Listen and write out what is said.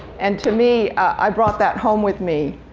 and to me, i brought that home with me.